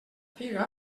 figa